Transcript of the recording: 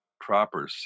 proper